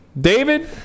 David